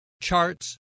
charts